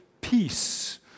peace